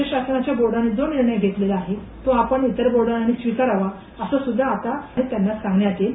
राज्यशासनाच्या बोर्डाने जो निर्णय घेतलेला आहे तो आपण इतर बोर्डांनी स्वीकारावा असं सुध्दा आता हे त्यांना सांगण्यात येईल